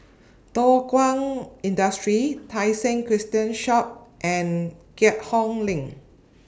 Thow Kwang Industry Tai Seng Christian Church and Keat Hong LINK